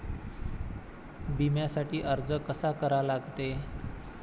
बिम्यासाठी अर्ज कसा करा लागते?